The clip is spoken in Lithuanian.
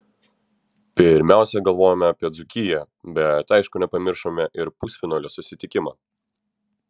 pirmiausia galvojome apie dzūkiją bet aišku nepamiršome ir pusfinalio susitikimo